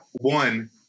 one